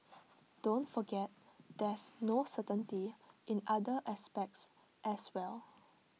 don't forget there's no certainty in other aspects as well